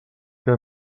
que